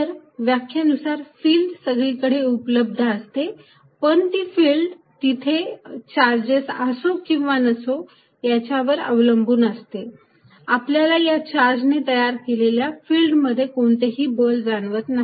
तर व्याख्येनुसार फिल्ड सगळीकडे उपलब्ध असतेपण ती फिल्ड तिथे चार्जेस असो किंवा नसो याच्यावर अवलंबून असते आपल्याला या चार्ज ने तयार केलेल्या फिल्ड मध्ये कोणतेही बल जाणवत नाही